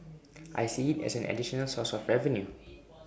I see IT as an additional source of revenue